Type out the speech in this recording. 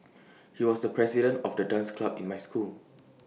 he was the president of the dance club in my school